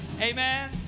Amen